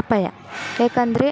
ಅಪಾಯ ಏಕೆಂದ್ರೆ